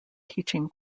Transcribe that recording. teaching